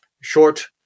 short